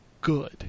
good